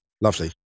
Lovely